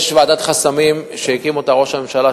יש ועדת חסמים שהקים ראש הממשלה,